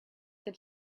that